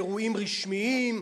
באירועים רשמיים,